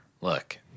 Look